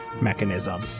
mechanism